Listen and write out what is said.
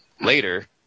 Later